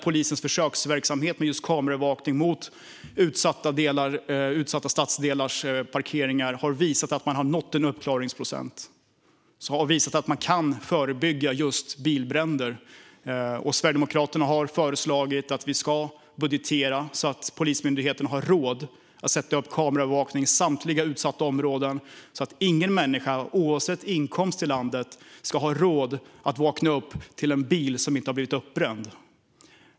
Polisens försöksverksamhet med kameraövervakning mot utsatta stadsdelars parkeringar har visat att man kan förebygga bilbränder. Sverigedemokraterna har föreslagit att vi ska budgetera så att Polismyndigheten har råd att sätta upp kameror i samtliga utsatta områden så att ingen människa i landet, oavsett inkomst, behöver ha råd att vakna upp till en bil som har blivit uppbränd.